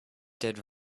did